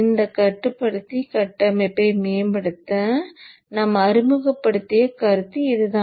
இந்த கட்டுப்பாட்டு கட்டமைப்பை மேம்படுத்த நாம் அறிமுகப்படுத்திய கருத்து இதுதான்